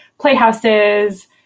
playhouses